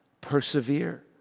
Persevere